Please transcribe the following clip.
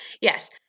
Yes